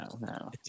no